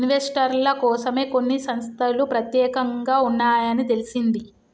ఇన్వెస్టర్ల కోసమే కొన్ని సంస్తలు పెత్యేకంగా ఉన్నాయని తెలిసింది